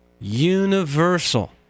Universal